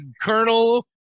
Colonel